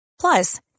Plus